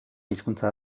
hizkuntza